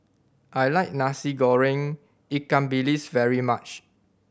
I like Nasi Goreng ikan bilis very much